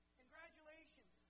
congratulations